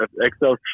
Excel